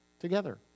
together